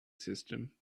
system